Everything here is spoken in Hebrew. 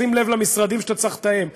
שים לב למשרדים שאתה צריך לתאם אתם,